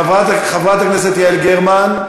חברת הכנסת יעל גרמן,